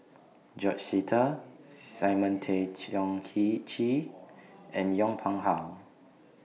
George Sita Simon Tay Seong Chee and Yong Pung How